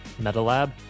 MetaLab